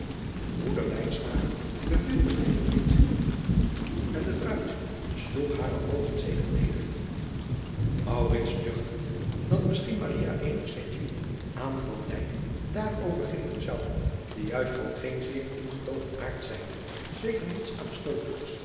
oeder beviel het geheel niet en de ruid sloeg hare oogen zedig neder duchtende dat misschien eenig zetje aan daarover geven zou die juist van geen zeer ingetogen aard zijnde zeker niets aanstootelijks